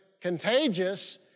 contagious